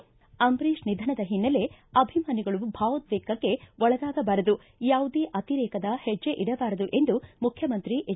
ಅಂಬರೀಷ್ ನಿಧನದ ಹಿನ್ನೆಲೆ ಅಭಿಮಾನಿಗಳು ಭಾವೋದ್ವೇಗಕ್ಕೆ ಒಳಗಾಗಬಾರದು ಯಾವುದೇ ಅತಿರೇಕದ ಹೆಜ್ಜೆಯಿಡಬಾರದು ಎಂದು ಮುಖ್ಯಮಂತ್ರಿ ಎಚ್